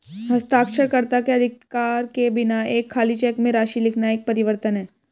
हस्ताक्षरकर्ता के अधिकार के बिना एक खाली चेक में राशि लिखना एक परिवर्तन है